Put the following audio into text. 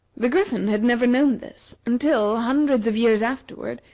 the griffin had never known this, until, hundreds of years afterward,